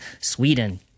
Sweden